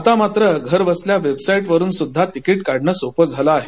आता मात्र घरबसल्या वेबसाईटवरून तिकीट काढण सोप झाल आहे